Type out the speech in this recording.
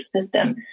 system